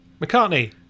McCartney